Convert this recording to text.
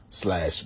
slash